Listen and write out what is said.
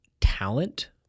talent